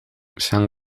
san